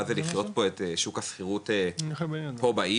זה לחיות פה את שוק השכירות פה בעיר,